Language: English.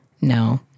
no